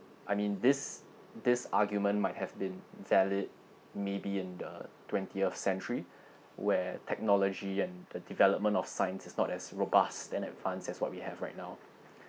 I mean this this argument might have been valid maybe in the twentieth century where technology and the development of science is not as robust and advanced as what we have right now